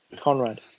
Conrad